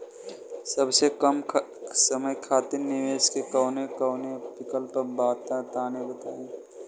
सबसे कम समय खातिर निवेश के कौनो विकल्प बा त तनि बताई?